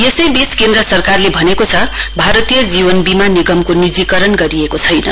यसैबीच केन्द्र सरकारले भनेको छ भारतीय जीवन वीमा निगमको निजीकरण गरिएको छैन